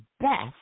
best